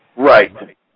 Right